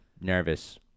nervous